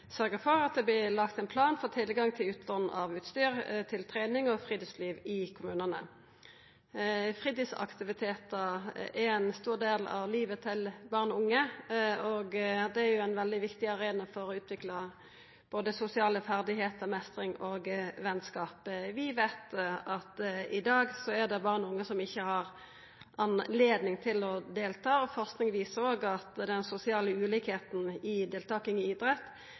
lagt ein plan for tilgang til utlån av utstyr til trening og friluftsliv i kommunane. Fritidsaktivitetar er ein stor del av livet til barn og unge, og det er ein veldig viktig arena for å utvikla både sosiale ferdigheiter, mestring og venskap. Vi veit at i dag er det barn og unge som ikkje har anledning til å delta, og forsking viser òg at den sosiale ulikskapen i deltaking i idrett har auka. Dette bekymrar meg. Å stå utanfor sosiale aktivitetar er